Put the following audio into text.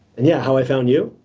and yeah, how i found you?